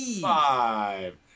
Five